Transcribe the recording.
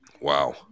Wow